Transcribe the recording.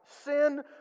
sin